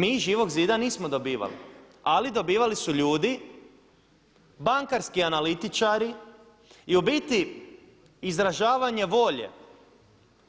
Mi iz Živog zida nismo dobivali, ali dobivali su ljudi bankarski analitičari i u biti izražavanje volje